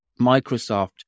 Microsoft